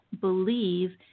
believe